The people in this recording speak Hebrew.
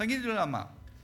תגידו לי על מה.